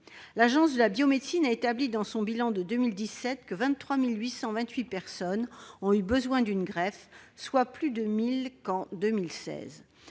L'Agence de la biomédecine a établi, dans son bilan de 2017, que 23 828 personnes ont eu besoin d'une greffe, soit environ mille de plus qu'en 2016.